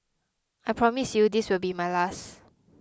I promise you this will be my last